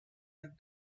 them